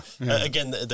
again